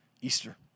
Easter